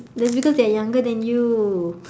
that's because they're younger than you